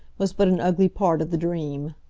was but an ugly part of the dream.